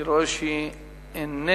אני רואה שהיא איננה.